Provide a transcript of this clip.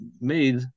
made